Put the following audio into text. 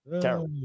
Terrible